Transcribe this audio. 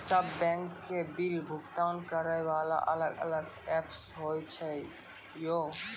सब बैंक के बिल भुगतान करे वाला अलग अलग ऐप्स होय छै यो?